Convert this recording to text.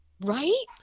Right